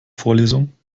vorlesung